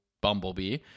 bumblebee